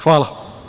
Hvala.